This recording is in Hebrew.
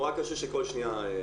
אני